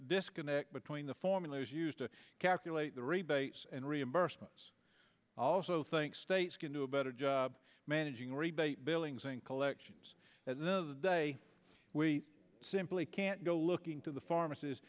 disconnect between the formulas used to calculate the rebates and reimbursements also think states can do a better job managing rebate billings and collections and the day we see can't go looking to the pharmacist